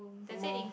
a more